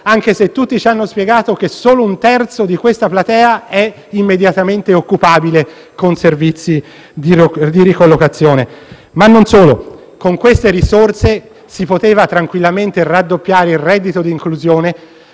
anche se tutti ci hanno spiegato che solo un terzo di tale platea è immediatamente occupabile con servizi di ricollocazione. Inoltre, con queste risorse si sarebbe tranquillamente raddoppiare il reddito di inclusione